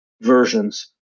versions